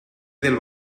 del